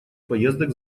поездок